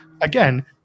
again